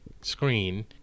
screen